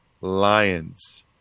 Lions